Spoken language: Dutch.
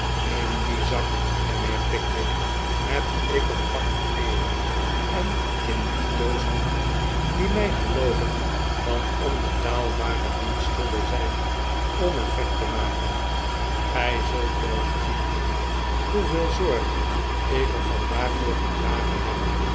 in dien zak mijnheer pickwick heb ik een pak kleeren en in die doos een hoed die mij geloof ik van onbetaalbaren dienst zullen zijn om effect te maken gij zult wel gezien hebben hoeveel zorg ik er vandaag voor gedragen hebj